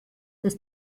das